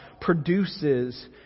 produces